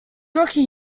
rookie